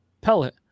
Pellet